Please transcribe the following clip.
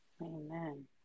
Amen